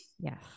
Yes